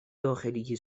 داخلی